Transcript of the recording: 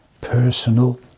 personal